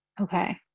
okay